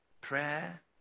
Prayer